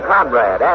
Conrad